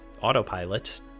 Autopilot